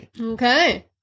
Okay